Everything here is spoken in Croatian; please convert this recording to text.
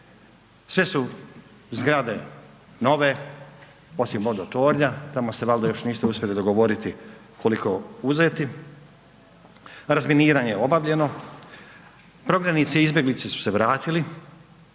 sve su zgrade nove, osim Vodotornja, tamo se valjda još niste uspjeli dogovoriti koliko uzeti, razminiranje obavljeno, prognanici i izbjeglice su se vratili,